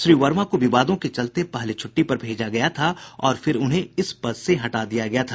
श्री वर्मा को विवादों के चलते पहले छुट्टी पर भेजा गया था और फिर उन्हें इस पद से हटा दिया गया था